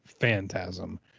Phantasm